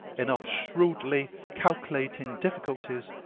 and of shrewdly calculating difficulties,